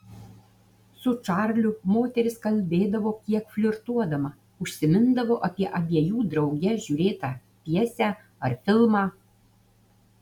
su čarliu moteris kalbėdavo kiek flirtuodama užsimindavo apie abiejų drauge žiūrėtą pjesę ar filmą